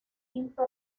quinto